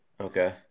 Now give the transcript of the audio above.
okay